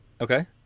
okay